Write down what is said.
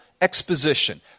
exposition